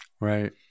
Right